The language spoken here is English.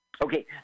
Okay